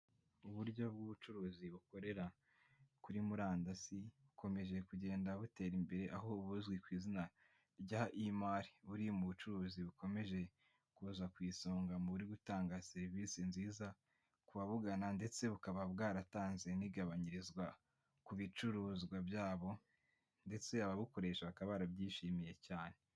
Uburyo bw'ubucuruzi bukorera kuri murandasi bukomeje kugenda butera imbere aho ubuzwi ku izina rya i mari buri mu bucuruzi bukomeje kuza ku isonga mu buri gutanga serivisi nziza ku babugana ndetse bukaba bwaratanze n'gabanyirizwa ku bicuruzwa byabo ndetse ababukoresha bakaba barabyishimiye cyane.